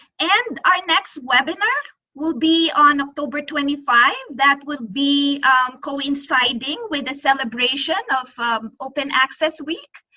and our next webinar will be on october twenty five. that would be coinciding with the celebration of open access week.